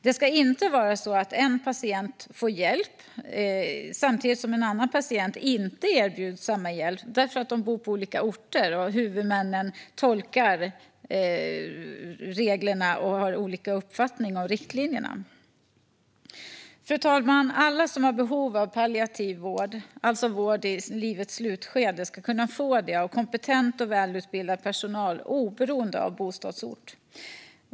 Det ska inte vara så att en patient får hjälp samtidigt som en annan patient inte erbjuds samma hjälp därför att de bor på olika orter och huvudmännen tolkar reglerna och riktlinjerna olika. Fru talman! Alla som har behov av palliativ vård, alltså vård i livets slutskede, ska kunna få det av kompetent och välutbildad personal oberoende av bostadsort.